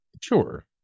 Sure